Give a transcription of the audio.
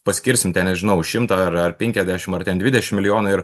paskirsim ten nežinau šimtą ar ar penkiasdešim ar ten dvidešim milijonų ir